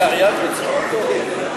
צדקה תציל ממוות.